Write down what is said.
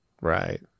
right